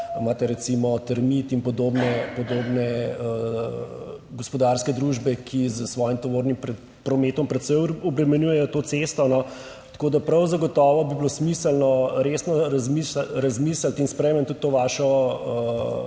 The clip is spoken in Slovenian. imate recimo Termit in podobne gospodarske družbe, ki s svojim tovornim prometom precej obremenjujejo to cesto. Tako da bi bilo prav zagotovo smiselno resno razmisliti in sprejmem tudi to vašo